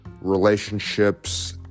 relationships